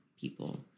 people